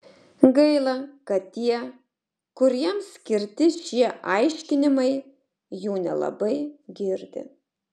gaila kad tie kuriems skirti šie aiškinimai jų nelabai girdi